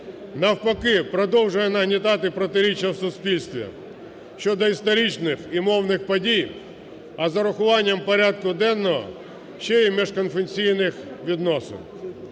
навпаки, продовжує нагнітати протиріччя в суспільстві щодо історичних і мовних подій, а з урахуванням порядку денного ще і міжконфесійних відносин.